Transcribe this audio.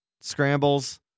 scrambles